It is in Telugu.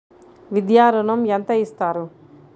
విద్యా ఋణం ఎంత ఇస్తారు?